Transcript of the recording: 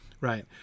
right